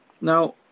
Now